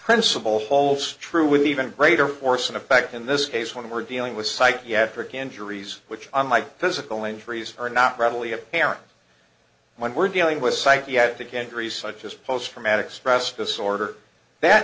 principle holds true with even greater force and effect in this case when we're dealing with psychiatric injuries which unlike physical injuries are not readily apparent when we're dealing with psychiatric entries such as post for manic stress disorder that